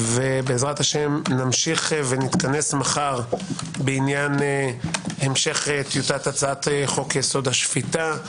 בעז"ה נמשיך ונתכנס מחר בעניין המשך טיוטת הצעת חוק יסוד: השפיטה,